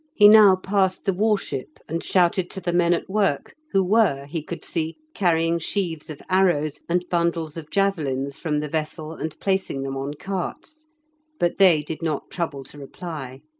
he now passed the war-ship, and shouted to the men at work, who were, he could see, carrying sheaves of arrows and bundles of javelins from the vessel and placing them on carts but they did not trouble to reply.